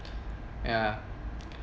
ya